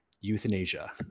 euthanasia